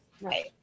Right